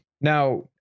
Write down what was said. Now